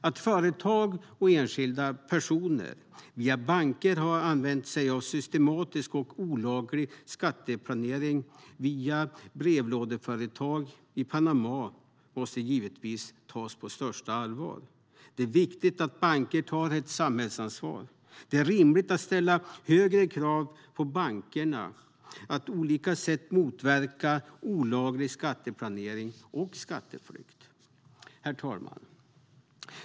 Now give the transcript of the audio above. Att företag och enskilda personer via banker har använt sig av systematisk och olaglig skatteplanering via brevlådeföretag i Panama måste givetvis tas på största allvar. Det är viktigt att banker tar ett samhällsansvar. Det är rimligt att ställa högre krav på bankerna att på olika sätt motverka olaglig skatteplanering och skatteflykt. Herr talman!